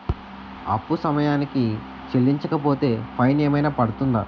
అప్పు సమయానికి చెల్లించకపోతే ఫైన్ ఏమైనా పడ్తుంద?